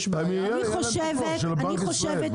יש בעיה --- יהיה עליהם פיקוח של בנק ישראל.